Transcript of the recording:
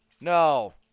No